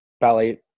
ballet